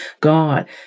God